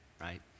right